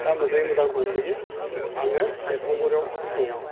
दा मोजाङै मोजां दंथ'यो आङो सेरफांगुरियाव दङ